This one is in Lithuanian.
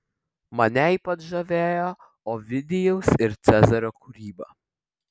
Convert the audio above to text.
mane ypač žavėjo ovidijaus ir cezario kūryba